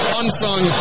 unsung